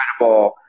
incredible